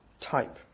type